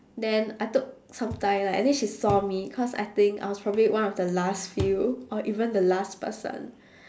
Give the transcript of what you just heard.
then I took some time lah and then she saw me cause I think I was probably one of the last few or even the last person